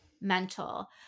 Mental